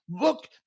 Look